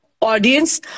audience